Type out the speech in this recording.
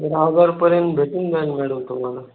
तर दहा हजारपर्यंत भेटून जाईल मॅडम तुम्हाला